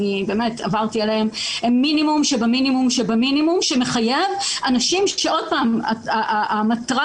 הן מינימום שבמינימום שמחייב אנשים שהמטרה